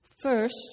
First